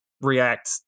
react